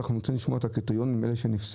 אנחנו רוצים לשמוע על הקריטריונים על אלה שנפסלו.